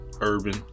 urban